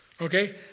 Okay